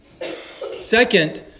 Second